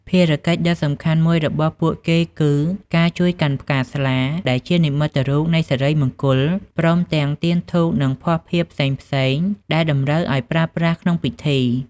ភារកិច្ចដ៏សំខាន់មួយរបស់ពួកគេគឺការ ជួយកាន់ផ្កាស្លា ដែលជានិមិត្តរូបនៃសិរីមង្គល ព្រមទាំង ទៀនធូប និង ភ័ស្តុភារផ្សេងៗ ដែលតម្រូវឱ្យប្រើប្រាស់ក្នុងពិធី។